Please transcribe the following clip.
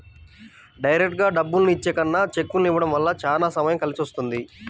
డైరెక్టుగా డబ్బుల్ని ఇచ్చే కన్నా చెక్కుల్ని ఇవ్వడం వల్ల చానా సమయం కలిసొస్తది